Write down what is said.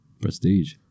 prestige